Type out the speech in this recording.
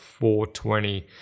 420